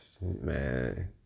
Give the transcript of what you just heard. man